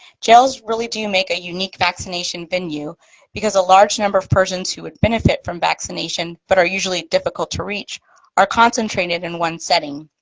jails really do make a unique vaccination venue because the large number of persons who would benefit from vaccination but are usually difficult to reach are concentrated in one setting.